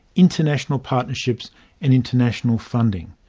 international partnerships and international funding.